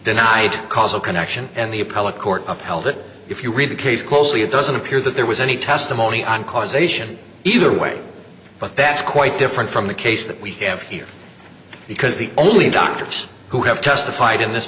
denied causal connection and the well a court upheld it if you read the case closely it doesn't appear that there was any testimony on causation either way but that's quite different from the case that we have here because the only doctors who have testified in this